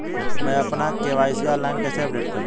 मैं अपना KYC online कैसे अपडेट करूँ?